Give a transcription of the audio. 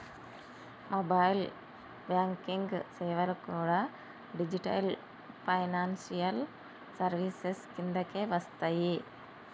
mobile banking సేవలు కూడా digital financial services కిందకే వస్తయ్యి